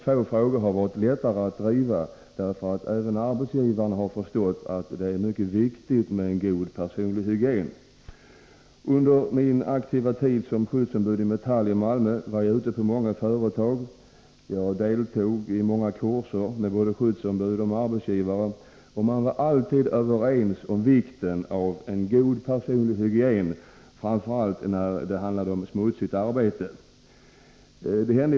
Få frågor har varit lättare att driva, därför att även arbetsgivaren har förstått att det är mycket viktigt med en god personlig hygien. Under min tid som aktivt skyddsombud inom Metall i Malmö var jag ute på många företag. Jag deltog i många kurser tillsammans med både skyddsombud och arbetsgivare. Vi var alltid överens om vikten av en god personlig hygien, framför allt när det handlade om smutsigt arbete.